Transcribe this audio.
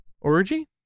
Orgy